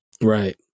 Right